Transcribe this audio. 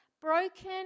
broken